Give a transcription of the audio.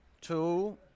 Two